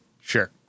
Sure